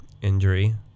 injury